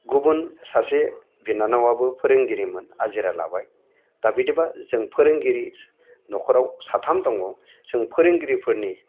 गुबुन सासे बिनानावाबो फोरोंगिरिमोन आजिरा लाबाय दा बिदिबा जों फोरोंगिरि न'खराव साथाम दङ जों फोरोंगिरिफोरनि